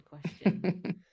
question